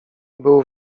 był